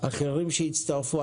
ואחרים שיצטרפו.